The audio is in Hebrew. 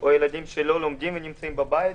או ילדים שלא לומדים ונמצאים בבית,